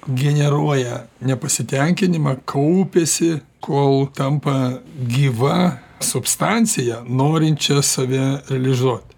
generuoja nepasitenkinimą kaupiasi kol tampa gyva substancija norinčia save realizuot